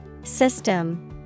System